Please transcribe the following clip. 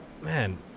man